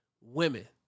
women